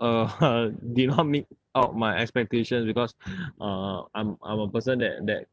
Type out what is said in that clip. uh did not meet out my expectations because uh I'm I'm a person that that